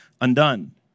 undone